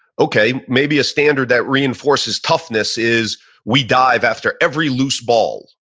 okay. maybe a standard that reinforces toughness is we dive after every loose ball, oh,